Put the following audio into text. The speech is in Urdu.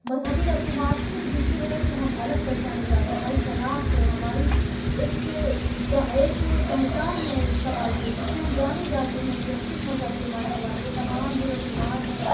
مذہبی رسومات ہی ہیں جن کی وجہ سے ہم الگ پہچانے جاتے ہیں ہماری شناخت ہے ہماری ایک جا ایک پہچان ہے سماج میں جس سے ہم جانے جاتے ہیں کہ ہم کس مذہب کے ماننے والے یہ تمام جو رسومات ہیں